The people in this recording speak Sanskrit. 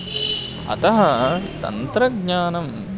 अतः तन्त्रज्ञानं